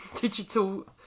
digital